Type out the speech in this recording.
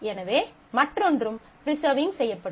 எனவே மற்றொன்றும் ப்ரிசர்வ் செய்யப்படும்